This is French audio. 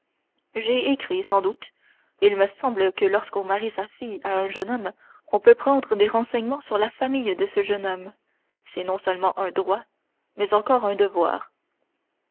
j'ai écrit sans doute il me semble que lorsqu'on marie sa fille à un jeune homme on peut prendre des renseignements sur la famille de ce jeune homme c'est non seulement un droit mais encore un devoir